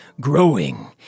growing